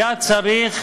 היה צריך